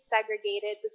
segregated